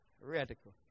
Radical